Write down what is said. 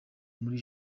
muri